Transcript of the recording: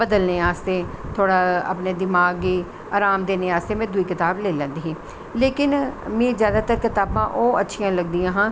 बदसनें आस्ते थोह्ड़ा अपनें दिमाग गी अराम देनें आस्ते में दूई कताब लेई लैंदी ही लेकिन में जादातर कताबां ओह् अच्चियां लग्गियां हां